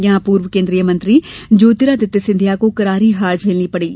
यहां पूर्व केंद्रीय मंत्री ज्योतिरादित्य सिंधिया को करारी हार झेलनी पड़ी